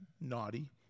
naughty